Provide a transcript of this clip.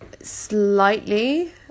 slightly